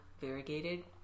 variegated